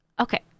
Okay